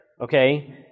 okay